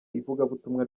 ivugabutumwa